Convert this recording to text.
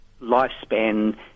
lifespan